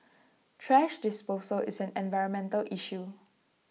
thrash disposal is an environmental issue